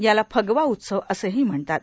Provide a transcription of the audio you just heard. याला फगवा ऊत्सव असेही म्हणतात